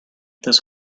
this